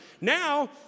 Now